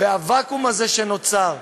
והווקום הזה שנוצר,